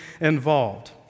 involved